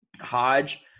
Hodge